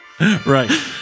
Right